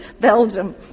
Belgium